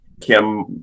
Kim